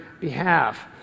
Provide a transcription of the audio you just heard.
behalf